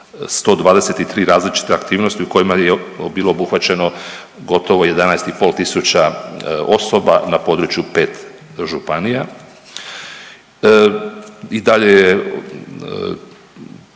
123 različite aktivnosti u kojima je bilo obuhvaćeno gotovo 11,5 tisuća osoba na području 5 županija. I dalje je